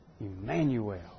Emmanuel